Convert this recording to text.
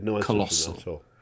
colossal